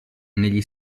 negli